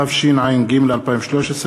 התשע"ג 2013,